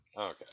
Okay